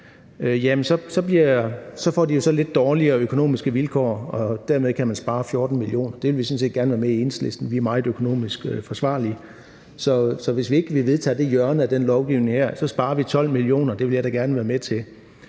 får de jo så lidt dårligere økonomiske vilkår, og dermed kan man spare 14 mio. kr. Det vil vi sådan set gerne være med til i Enhedslisten. Vi er meget økonomisk ansvarlige, så hvis vi ikke vedtager det hjørne af den her lovgivning, sparer vi 12 mio. kr., og det vil jeg da gerne være med til.